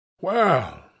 Well